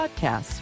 Podcasts